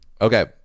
Okay